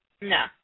No